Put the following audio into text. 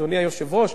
אדוני היושב-ראש,